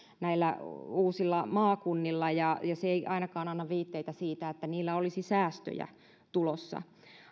näillä uusilla maakunnilla ja se ei ainakaan anna viitteitä siitä että niillä olisi säästöjä tulossa